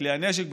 בכלי הנשק,